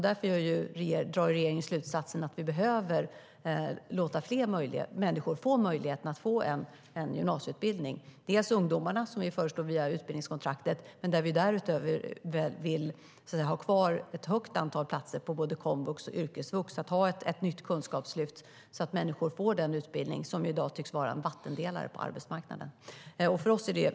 Därför drar regeringen slutsatsen att vi behöver låta fler människor få möjligheten att få en gymnasieutbildning. Det gäller ungdomarna, som vi föreslår via utbildningskontraktet. Därutöver vill vi ha kvar ett stort antal platser på både komvux och yrkesvux, ett nytt kunskapslyft, så att människor får den utbildning som i dag tycks vara en vattendelare på arbetsmarknaden.